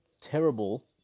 terrible